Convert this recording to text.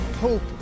Hope